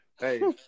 Hey